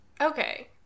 Okay